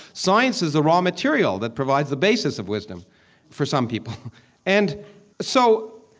science is the raw material that provides the basis of wisdom for some people and so